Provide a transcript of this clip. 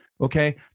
Okay